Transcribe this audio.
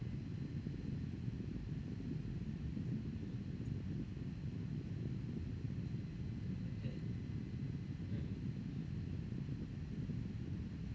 yeah mm